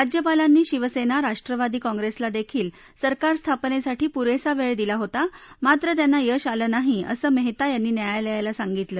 राज्यपालांनी शिवसेना राष्ट्रवादी काँप्रेसला देखील सरकार स्थापनेसाठी पुरेसा वेळ दिला होता मात्र त्यांना यश आलं नाही असं मेहता यांनी न्यायालयाला सांगितलं